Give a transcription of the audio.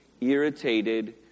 irritated